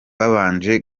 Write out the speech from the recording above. babanje